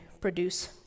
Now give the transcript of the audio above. produce